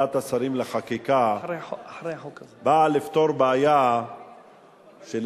ועדת השרים לחקיקה באה לפתור בעיה שלפעמים,